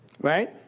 right